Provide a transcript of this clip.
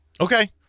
Okay